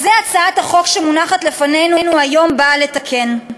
את זה הצעת החוק שמונחת לפנינו היום באה לתקן.